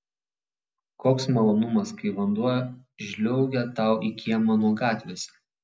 koks malonumas kai vanduo žliaugia tau į kiemą nuo gatvės